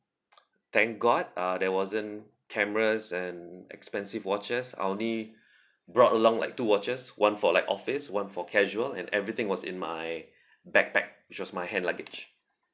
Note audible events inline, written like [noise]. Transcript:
[noise] thank god uh there wasn't cameras and expensive watches I only brought along like two watches one for like office one for casual and everything was in my backpack which was my hand luggage